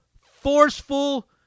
forceful